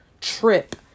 trip